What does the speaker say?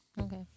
Okay